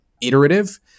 iterative